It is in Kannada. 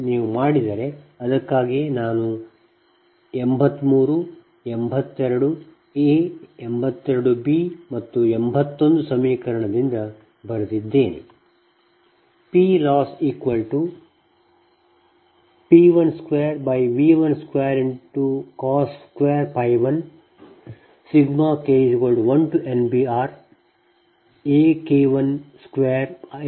ನೀವು ಹಾಗೆ ಮಾಡಿದರೆ ಅದಕ್ಕಾಗಿಯೇ ನಾನು 83 82 a 82 b ಮತ್ತು 81 ಸಮೀಕರಣದಿಂದ ಬರೆದಿದ್ದೇನೆ